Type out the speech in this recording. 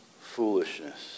foolishness